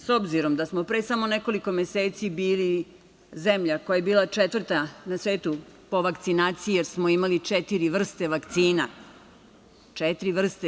S obzirom da smo pre samo nekoliko meseci bili zemlja koja je bila četvrta na svetu po vakcinaciji, jer smo imali četiri vrste vakcina, četiri vrste.